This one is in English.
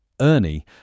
Ernie